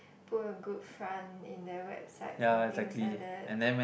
put a good front in they website and things like that